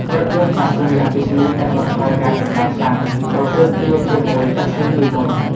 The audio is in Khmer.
រថយន្ត តាក់សុី អគ្គិសនីកាត់បន្ថយការចំណាយសាំង បើប្រៀបធៀបជាមួយ តាក់សុីពីមុន។